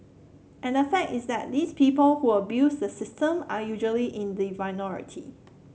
and the fact is that these people who abuse the system are usually in the minority